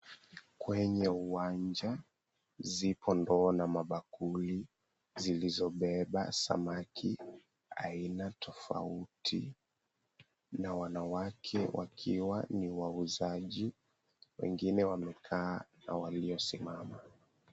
Kwenye uwanja, ziko ndoo na mabakuli zilizobeba samaki aina tofauti. Na wanawake wakiwa ni wauzaji , wengine wamekaa na walio simama.